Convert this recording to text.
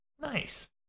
Nice